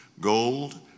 gold